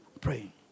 Praying